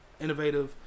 innovative